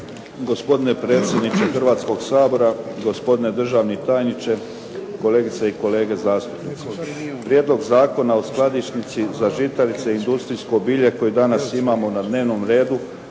Gospodine predsjedniče Hrvatskog sabora, gospodine državni tajniče, kolegice i kolege zastupnici. Prijedlog Zakona o skladišnici za žitarice i industrijsko bilje koje danas imamo na dnevnom redu